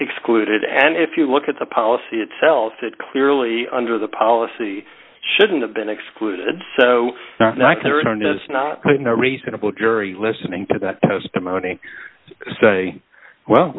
excluded and if you look at the policy itself it clearly under the policy shouldn't have been excluded so not to return is not a reasonable jury listening to that testimony say well